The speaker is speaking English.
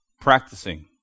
practicing